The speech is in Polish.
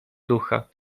ducha